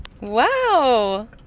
Wow